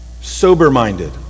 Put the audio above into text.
sober-minded